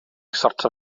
sortio